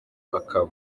akaba